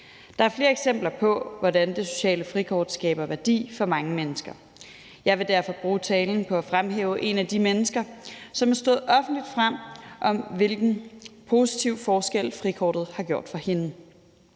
Der er flere eksempler på, hvordan det sociale frikort skaber værdi for mange mennesker. Jeg vil derfor bruge talen på at fremhæve et af de mennesker, som er stået offentligt frem om, hvilken positiv forskel frikortet har gjort for hende.